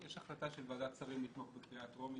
יש החלטה של ועדת שרים לתמוך בקריאה טרומית.